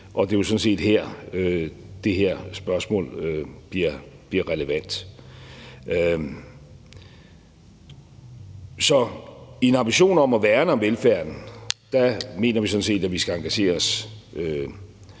Og det er jo sådan set her, det her spørgsmål bliver relevant. Så i en ambition om at værne om velfærden mener vi sådan set, at vi skal engagere os